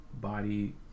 Body